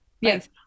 yes